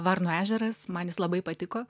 varnų ežeras man jis labai patiko